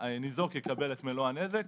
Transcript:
הניזוק יקבל את מלוא הנזק,